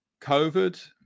COVID